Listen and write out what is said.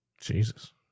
Jesus